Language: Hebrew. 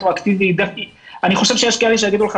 אני חושב שיש כאלה שיגידו לך